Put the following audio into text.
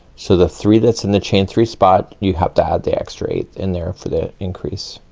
so the three that's in the chain three spot, you have to add the extra eight in there, for the increase.